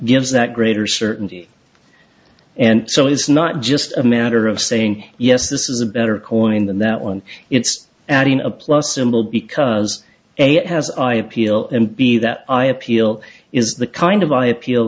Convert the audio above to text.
that greater certainty and so it's not just a matter of saying yes this is a better conan than that one it's adding a plus symbol because it has i appeal and b that i appeal is the kind of appeal